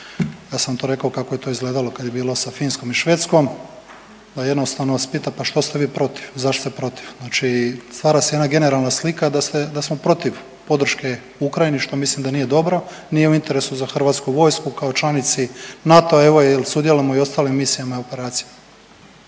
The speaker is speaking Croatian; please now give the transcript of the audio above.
Ja sam to rekao kako je to izgledalo kad je bilo sa Finskom i Švedskom, pa jednostavno vas pita pa što ste vi protiv, zašto ste protiv, znači stvara se jedna generalna slika se, da smo protiv podrške Ukrajini, što mislim da nije dobro. Nije u interesu za HV-u kao članici NATO-a evo jel sudjelujemo i u ostalim misijama i operacijama.